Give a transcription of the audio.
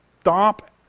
stop